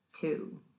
two